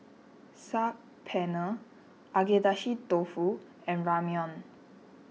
Saag Paneer Agedashi Dofu and Ramyeon